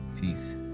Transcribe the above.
Peace